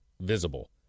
visible